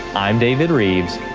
i'm david rives,